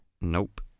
Nope